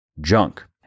junk